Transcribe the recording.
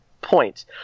point